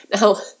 Now